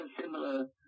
similar